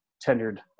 tendered